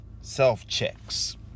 self-checks